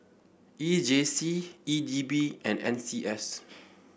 E J C E D B and N C S